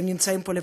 והם נמצאים פה לבד.